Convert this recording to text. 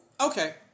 Okay